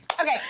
Okay